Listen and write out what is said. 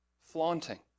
flaunting